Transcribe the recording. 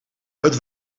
het